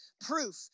proof